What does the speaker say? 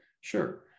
sure